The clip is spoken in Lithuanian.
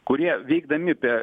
kurie veikdami be